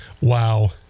wow